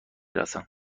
رسم